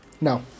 No